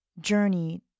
journey